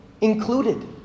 included